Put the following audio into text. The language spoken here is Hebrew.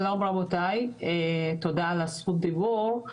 שלום רבותי, תודה על זכות הדיבור.